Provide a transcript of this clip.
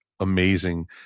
amazing